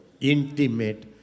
Intimate